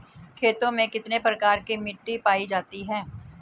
खेतों में कितने प्रकार की मिटी पायी जाती हैं?